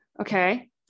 Okay